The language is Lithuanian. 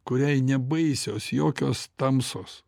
kuriai nebaisios jokios tamsos